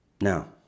Now